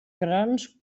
grans